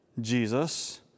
Jesus